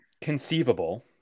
conceivable